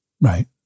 Right